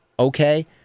Okay